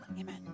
Amen